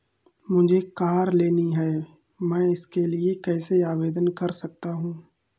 मुझे कार लेनी है मैं इसके लिए कैसे आवेदन कर सकता हूँ?